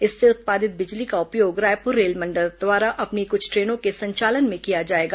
इससे उत्पादित बिजली का उपयोग रायपुर रेलमंडल द्वारा अपनी कुछ ट्रेनों के संचालन में किया जाएगा